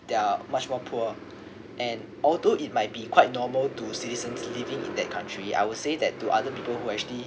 there are much more poor and although it might be quite normal to citizens living in that country I would say that to other people who actually